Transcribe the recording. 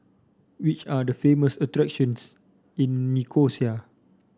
which are the famous attractions in Nicosia